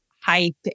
hype